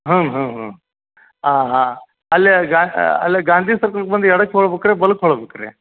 ಹ್ಞೂ ಹ್ಞೂ ಹ್ಞೂ ಹಾಂ ಹಾಂ ಅಲ್ಲೇ ಗಾ ಅಲ್ಲೇ ಗಾಂಧಿ ಸರ್ಕಲ್ಗೆ ಬಂದು ಎಡಕ್ಕೆ ಹೋಗ್ಬೇಕ ರೀ ಬಲಕ್ಕೆ ಹೋಗ್ಬೇಕ ರೀ